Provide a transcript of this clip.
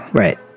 right